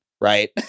right